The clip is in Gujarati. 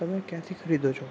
તમે ક્યાંથી ખરીદો છો